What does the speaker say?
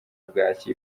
bwaki